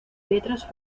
letras